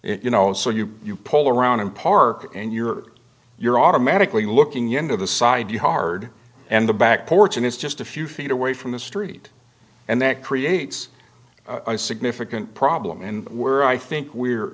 you know so you you pull around and park and you're you're automatically looking younger the side yard and the back porch and it's just a few feet away from the street and that creates a significant problem and we're i think we're